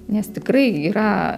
nes tikrai yra